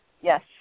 Yes